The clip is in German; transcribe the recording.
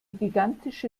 gigantische